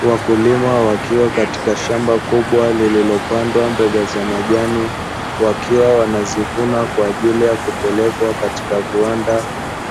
Wakulima wakiwa katika shamba kubwa lililopandwa mboga za majani wakiwa wanazivuna kwa ajili ya kupelekwa katika viwanda,